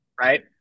right